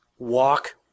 Walk